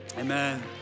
amen